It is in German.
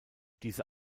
diese